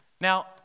Now